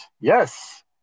yes